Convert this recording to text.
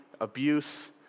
abuse